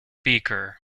beaker